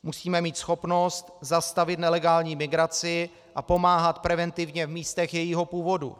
Musíme mít schopnost zastavit nelegální migraci a pomáhat preventivně v místech jejího původu.